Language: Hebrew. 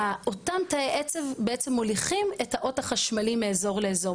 אותם תאי עצב בעצם מוליכים את האות החשמלי מאזור לאזור.